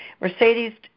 Mercedes